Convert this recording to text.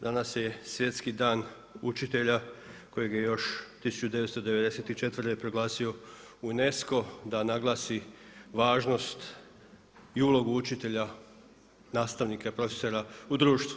Danas je svjetski dan učitelja kojeg je još 1994. proglasio UNESCO da naglasi važnost i ulogu učitelja nastavnika i profesora u društvu.